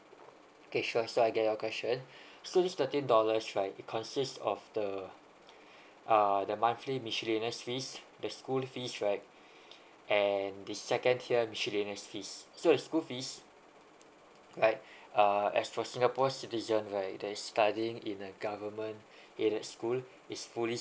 okay sure so I get your question so this thirteen dollars right it consists of the uh the monthly miscellaneous fees the school fees right and the second tier miscellaneous fees so school fees like uh as for singapore citizen right that is studying in a government in a school is fully